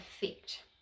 effect